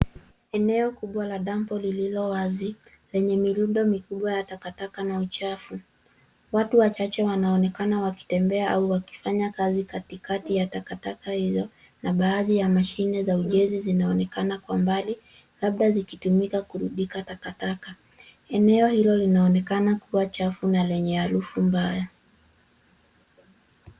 Eneo kubwa la dampo lililo wazi yenye mirundo mikubwa ya takataka na uchafu. Watu wachache wanaonekana wakitembea au wakifanya kazi katikati ya takataka hizo na baadhi ya mashine za ujenzi zinaonekana kwa mbali labda zikitumika kurudika takataka. Eneo hilo linaonekana kuwa chafu na lenye harufu mbaya.